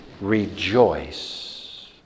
rejoice